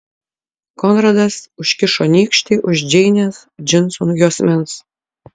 konradas užkišo nykštį už džeinės džinsų juosmens